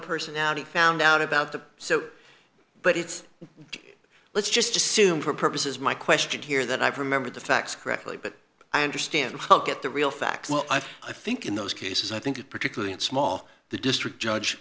personality found out about the so but it's let's just assume for purposes of my question here that i remember the facts correctly but i understand hope at the real facts i think in those cases i think it particularly in small the district judge